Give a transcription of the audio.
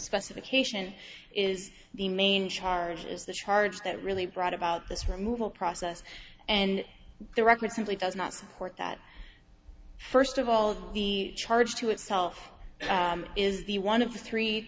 specification is the main charge is the charge that really brought about this removal process and the record simply does not support that first of all the charge to itself is the one of the three